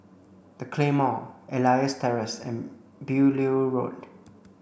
The Claymore Elias Terrace and Beaulieu Road